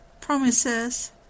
Promises